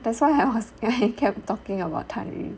that's why I was kept talking about 探鱼